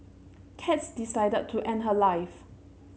cats decided to end her life